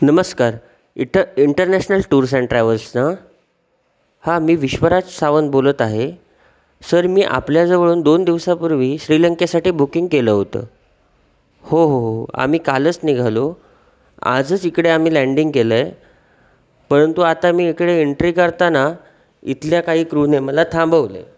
नमस्कार it international tours and travels ना हां मी विश्वराज सावंत बोलत आहे सर मी आपल्याजवळून दोन दिवसापूर्वी श्रीलंकेसाठी बुकिंग केलं होतं हो हो हो आम्ही कालच निघालो आजच इकडे आम्ही लँडिंग केलं आहे परंतु आता मी इकडे एंट्री करताना इथल्या काही कृने मला थांबवलं आहे